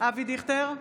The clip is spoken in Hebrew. אבי דיכטר,